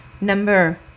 Number